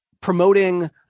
promoting